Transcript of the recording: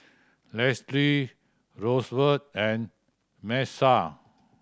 Lesley Rosevelt and Miesha